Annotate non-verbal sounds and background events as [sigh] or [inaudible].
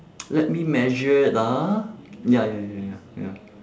[noise] let me measure it ah ya ya ya ya ya